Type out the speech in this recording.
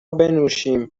بنوشیم